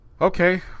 Okay